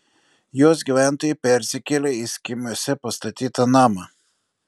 jos gyventojai persikėlė į skėmiuose pastatytą namą